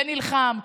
שנלחם.